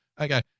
Okay